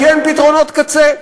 כי אין פתרונות קצה.